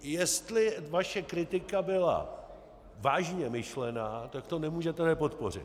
Jestli vaše kritika byla vážně myšlená, tak to nemůžete nepodpořit.